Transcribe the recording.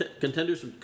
contenders